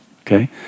Okay